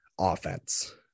offense